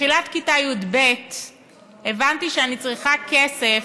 בתחילת כיתה י"ב הבנתי שאני צריכה כסף,